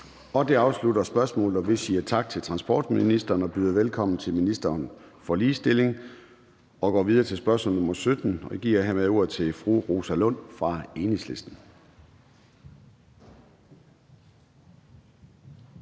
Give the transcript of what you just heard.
Det afslutter spørgsmålet. Vi siger tak til transportministeren. Vi byder velkommen til ministeren for ligestilling og går videre til spørgsmål nr. 17. Kl. 14:24 Spm. nr. S 249 17) Til ministeren